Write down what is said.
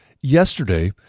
Yesterday